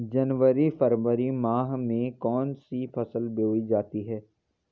जनवरी फरवरी माह में कौन कौन सी फसलें बोई जाती हैं?